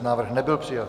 Návrh nebyl přijat.